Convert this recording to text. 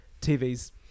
TV's